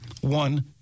One